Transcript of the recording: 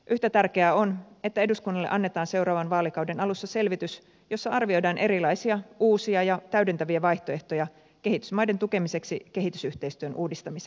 yhtä tärkeää on että eduskunnalle annetaan seuraavan vaalikauden alussa selvitys jossa arvioidaan erilaisia uusia ja täydentäviä vaihtoehtoja kehitysmaiden tukemiseksi kehitysyhteistyön uudistamiseksi